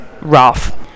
rough